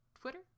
Twitter